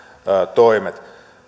toimet